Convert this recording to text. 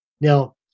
Now